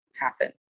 happen